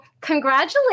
congratulations